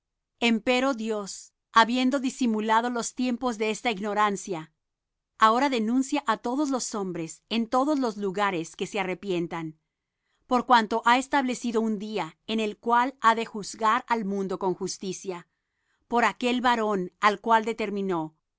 hombres empero dios habiendo disimulado los tiempos de esta ignorancia ahora denuncia á todos los hombres en todos los lugares que se arrepientan por cuanto ha establecido un día en el cual ha de juzgar al mundo con justicia por aquel varón al cual determinó